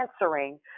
answering